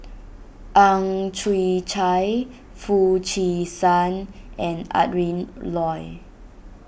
Ang Chwee Chai Foo Chee San and Adrin Loi